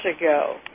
ago